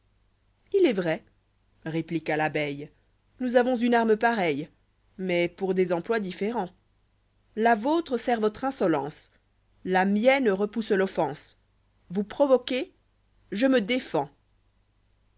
il est vrai répliqua l'abeille nous avons une arme pareille mais pour des emplois différents la vôtre sert votre insolence la mienne repousse l'offense vous provoquez je me défends